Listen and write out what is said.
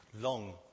long